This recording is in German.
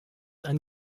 ein